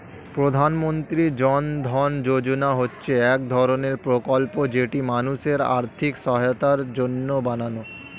প্রধানমন্ত্রী জন ধন যোজনা হচ্ছে এক ধরণের প্রকল্প যেটি মানুষের আর্থিক সহায়তার জন্য বানানো